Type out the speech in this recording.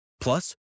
Plus